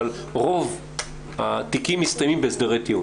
אבל רוב התיקים מסתיימים בהסדרי טיעון.